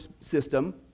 system